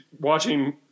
watching